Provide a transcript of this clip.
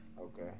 Okay